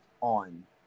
on